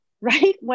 right